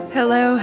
Hello